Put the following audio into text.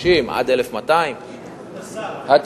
ה-660 עד 1,200. כבוד השר, אני חושב ש-2,200.